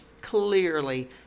clearly